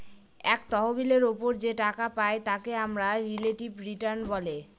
এক তহবিলের ওপর যে টাকা পাই তাকে আমরা রিলেটিভ রিটার্ন বলে